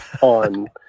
on